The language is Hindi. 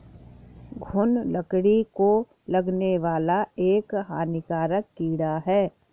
घून लकड़ी को लगने वाला एक हानिकारक कीड़ा है